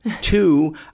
two